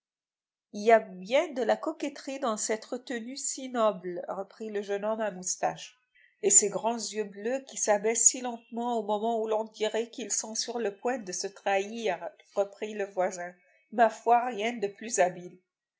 il y a bien de la coquetterie dans cette retenue si noble reprit le jeune homme à moustaches et ces grands yeux bleus qui s'abaissent si lentement au moment où l'on dirait qu'ils sont sur le point de se trahir reprit le voisin ma foi rien de plus habile